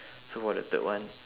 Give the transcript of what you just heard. so for the third one